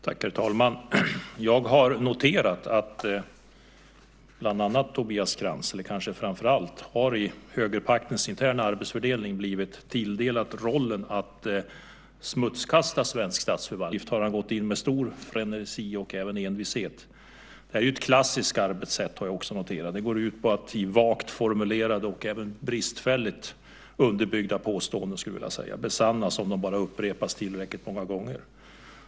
Herr talman! Jag har noterat att bland annat, eller kanske framför allt, Tobias Krantz i högerpaktens interna arbetsfördelning har blivit tilldelad rollen att smutskasta svensk statsförvaltning. För denna uppgift har han gått in med stor frenesi och även envishet. Det här är ett klassiskt arbetssätt, har jag också noterat. Det går ut på att vagt formulerade och även bristfälligt underbyggda påståenden besannas om de bara upprepas tillräckligt många gånger.